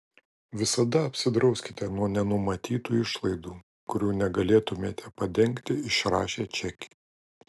visada apsidrauskite nuo nenumatytų išlaidų kurių negalėtumėte padengti išrašę čekį